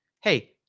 hey